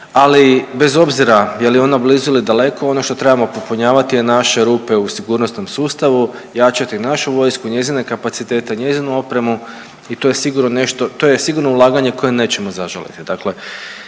ali bez obzira je li ona blizu ili daleko ono što trebamo popunjavati je naše rupe u sigurnosnom sustavu, jačati našu vojsku, njezine kapacitete, njezinu opremu i to je sigurno nešto, to je sigurno ulaganje koje nećemo zažaliti.